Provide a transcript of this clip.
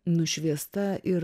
nušviesta ir